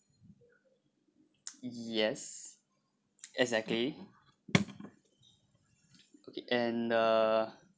yes exactly okay and uh